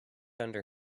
under